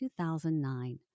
2009